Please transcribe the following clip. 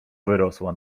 wyrosła